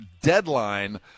deadline